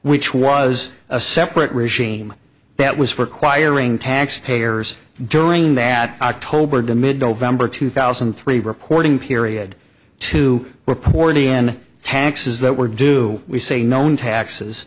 which was a separate regime that was requiring taxpayers during that october to mid november two thousand and three reporting period to report in taxes that were do we say no new taxes